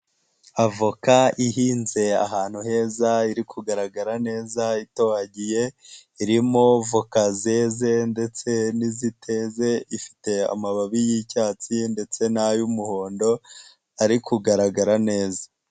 Avoka ihinze ahantu heza iri kugaragara neza itohagiye, irimo vokazeze ndetse n'iziteze, ifite amababi y'icyatsi ndetse n'ay'umuhondo ari kugaragara neza.